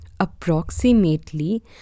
Approximately